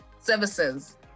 services